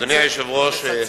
אדוני היושב-ראש,